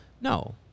No